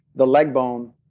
the leg bone,